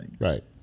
Right